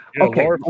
Okay